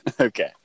okay